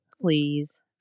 Please